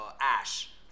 Ash